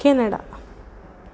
Canada